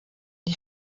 die